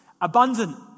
abundant